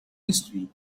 history